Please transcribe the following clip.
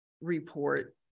report